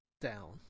Down